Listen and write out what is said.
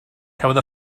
cafodd